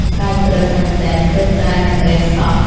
ផ្កាយព្រឹកមែនទែនទើបតែនិងរះសោះ»។